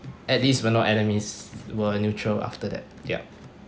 at least we're not enemies we're neutral after that yup